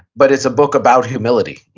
but it's a book about humility,